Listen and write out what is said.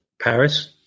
Paris